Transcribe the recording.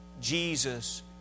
Jesus